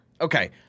Okay